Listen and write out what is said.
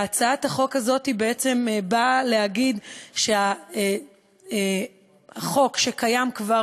הצעת החוק הזו באה להגיד שהחוק שקיים כבר